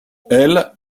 elles